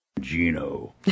Gino